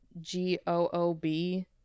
g-o-o-b